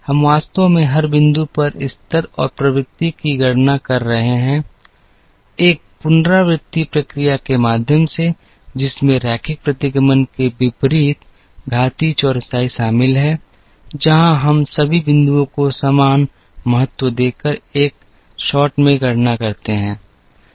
हम वास्तव में हर बिंदु पर स्तर और प्रवृत्ति की गणना कर रहे हैं एक पुनरावृत्ति प्रक्रिया के माध्यम से जिसमें रैखिक प्रतिगमन के विपरीत घातीय चौरसाई शामिल है जहां हम सभी बिंदुओं को समान महत्व देकर एक शॉट में गणना करते हैं